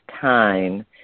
time